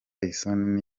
isoni